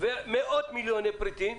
ומאות מיליוני פריטים,